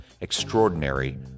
Extraordinary